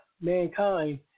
mankind